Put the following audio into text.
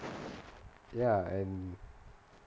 ya and